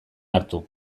hartu